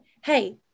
hey